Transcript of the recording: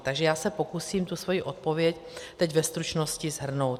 Takže já se pokusím tu svoji odpověď teď ve stručnosti shrnout.